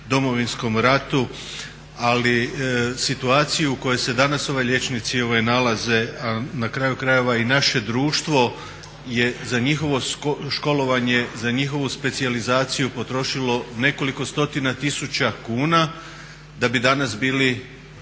Domovinskom ratu, ali situaciju u kojoj se danas liječnici nalaze a na kraju krajeva i naše društvo je za njihovo školovanje, za njihovu specijalizaciju potrošilo nekoliko stotina tisuća kuna da bi danas bili